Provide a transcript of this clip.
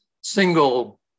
single